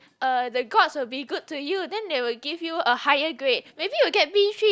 uh the gods will be good to you then they will give you a higher grade maybe you will get B three